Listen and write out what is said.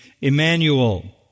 Emmanuel